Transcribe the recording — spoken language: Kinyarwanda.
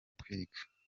kwiga